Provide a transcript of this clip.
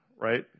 right